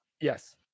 Yes